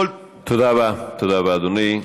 תודה רבה, אדוני.